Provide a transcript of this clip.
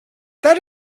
that